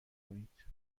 کنید